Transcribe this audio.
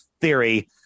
theory